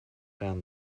down